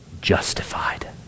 justified